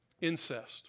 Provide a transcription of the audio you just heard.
Incest